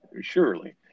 Surely